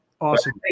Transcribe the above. Awesome